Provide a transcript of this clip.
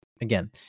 again –